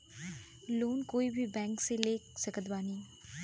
Loan कोई bank से ले सकत बानी?